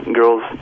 girls